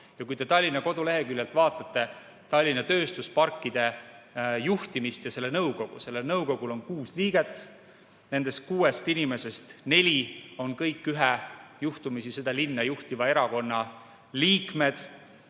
Kui te Tallinna koduleheküljelt vaatate Tallinna Tööstusparkide juhtimist ja selle nõukogu, siis näete, et selles nõukogus on kuus liiget ja nendest kuuest inimesest neli on juhtumisi meie linna juhtiva erakonna liikmed.